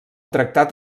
tractat